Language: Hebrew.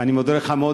אני מודה לך מאוד.